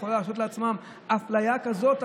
יכולה להרשות לעצמה אפליה כזאת?